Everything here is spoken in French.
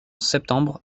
septembre